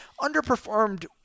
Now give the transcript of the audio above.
underperformed